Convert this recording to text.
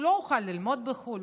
הוא לא יוכל ללמוד בחו"ל,